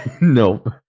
Nope